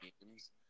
games